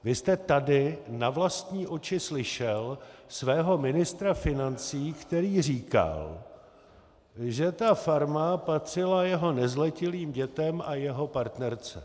Vy jste tady na vlastní uši slyšel svého ministra financí, který říkal, že ta farma patřila jeho nezletilým dětem a jeho partnerce.